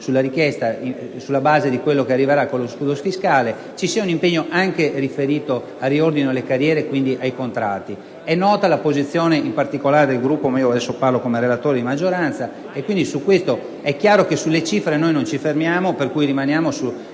sulla base di quello che arriverà con lo scudo fiscale, ci sarà un impegno riferito anche al riordino delle carriere e quindi ai contratti. È nota la posizione, in particolare, del mio Gruppo, ma adesso parlo come relatore di maggioranza. È chiaro che sulle cifre non ci fermiamo, per cui rimaniamo sulla